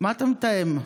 מה אתם מתאם?